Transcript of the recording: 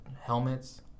helmets